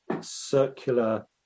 circular